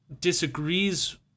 disagrees